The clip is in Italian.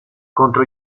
contro